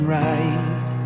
right